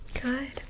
Good